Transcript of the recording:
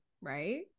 right